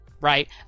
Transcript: right